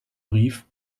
brief